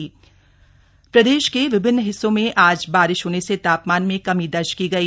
मौसम प्रदेश के विभिन्न हिस्सों में आज बारिश होने से तापमान में कमी दर्ज की गई